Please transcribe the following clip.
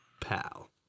pal